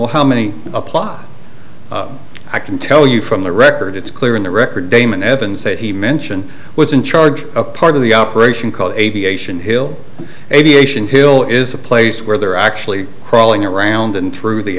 will how many a plot i can tell you from the record it's clear in the record damon evans said he mention was in charge a part of the operation called aviation hill aviation hill is a place where they're actually crawling around and through the